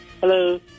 Hello